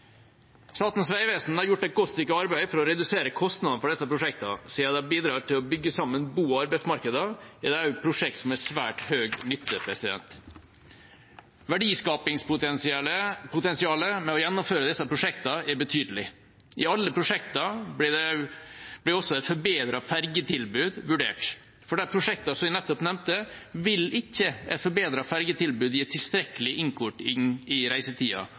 Statens vegvesen har gjort et godt stykke arbeid for å redusere kostnadene for disse prosjektene. Siden det bidrar til å bygge sammen bo- og arbeidsmarkeder, er det også prosjekter som har svært høy nytte. Verdiskapingspotensialet ved å gjennomføre disse prosjektene er betydelig. I alle prosjekter ble også et forbedret ferjetilbud vurdert. For de prosjektene som jeg nettopp nevnte, vil ikke et forbedret ferjetilbud gi tilstrekkelig innkorting av reisetida